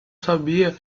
sabia